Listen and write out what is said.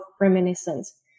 reminiscence